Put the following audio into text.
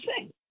sing